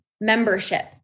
membership